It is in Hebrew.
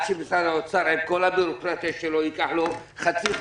שמשרד האוצר עם כל הביורוקרטיה שלו ייקח לו חצי חודש,